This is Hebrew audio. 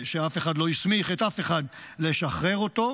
שאף אחד לא הסמיך אף אחד לשחרר אותו,